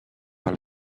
par